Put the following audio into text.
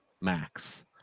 Max